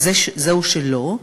אז זהו, שלא.